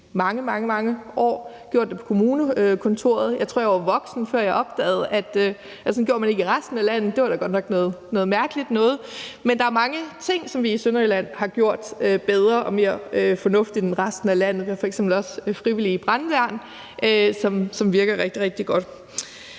mange år gjort det på kommunekontoret. Jeg tror, jeg var voksen, før jeg opdagede, at sådan gjorde man ikke i resten af landet, og at det da godt nok var noget mærkeligt noget. Der er mange ting, som vi i Sønderjylland har gjort bedre og mere fornuftigt end i resten af landet, f.eks. også det frivillige brandværn, som virker rigtig,